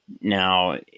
now